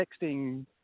texting